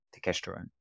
testosterone